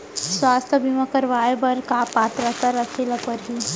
स्वास्थ्य बीमा करवाय बर का पात्रता रखे ल परही?